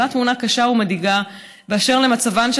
עולה תמונה קשה ומדאיגה באשר למצבן של